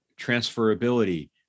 transferability